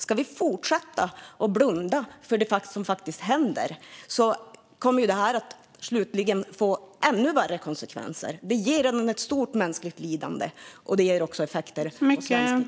Ska vi fortsätta att blunda för det som faktiskt händer kommer detta slutligen att få ännu värre konsekvenser. De ger stort mänskligt lidande, och de ger också effekter för svensk ekonomi.